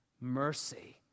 Mercy